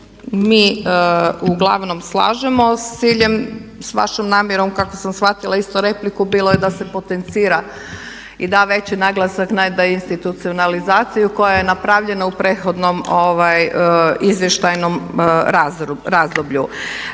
mi uglavnom slažemo s ciljem, s vašom namjerom kako sam shvatila isto repliku bilo je da se potencira i da veći naglasak na deinstitucionalizaciju koja je napravljena u prethodnom izvještajnom razdoblju.